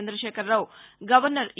Chandrashekar Rao governor ఇ